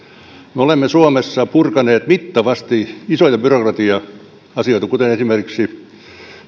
me olemme suomessa purkaneet mittavasti isoja byrokratia asioita kuten esimerkiksi